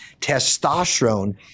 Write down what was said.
Testosterone